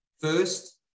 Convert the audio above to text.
first